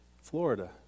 Florida